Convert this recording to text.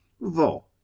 Vo